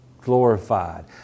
glorified